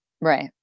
Right